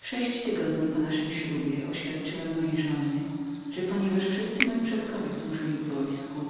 w sześć tygodni po naszym ślubie oświadczyłem mojej żonie że ponieważ wszyscy moi przodkowie służyli w wojsku